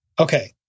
Okay